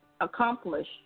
accomplish